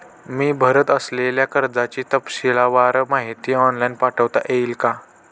मी भरत असलेल्या कर्जाची तपशीलवार माहिती ऑनलाइन पाठवता येईल का?